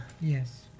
yes